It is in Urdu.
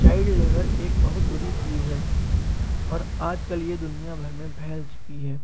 چائلڈ لیبر ایک بہت بری چیز ہے اور آج کل یہ دنیا بھر میں پھیل چکی ہے